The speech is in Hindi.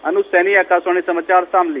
अनुज सैनी आकाशवाणी समाचार शामली